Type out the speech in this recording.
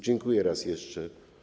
Dziękuję raz jeszcze.